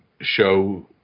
show